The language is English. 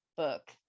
book